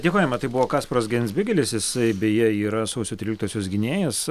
dėkojame tai buvo kasparas genzbigelis jisai beje yra sausio tryliktosios gynėjas